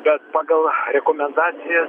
bet pagal rekomendacijas